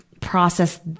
process